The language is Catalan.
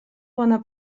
bona